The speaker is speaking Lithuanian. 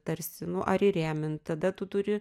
tarsi nu ar įrėmint tada tu turi